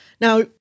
Now